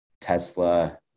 Tesla